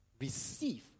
receive